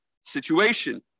situation